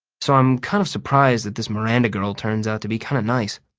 so i'm kind of surprised that this miranda girl turns out to be kind of nice.